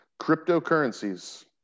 Cryptocurrencies